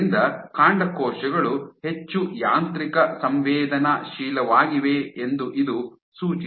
ಆದ್ದರಿಂದ ಕಾಂಡಕೋಶಗಳು ಹೆಚ್ಚು ಯಾಂತ್ರಿಕ ಸಂವೇದನಾಶೀಲವಾಗಿವೆ ಎಂದು ಇದು ಸೂಚಿಸುತ್ತದೆ